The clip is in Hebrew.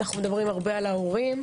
אנחנו מדברים הרבה על ההורים,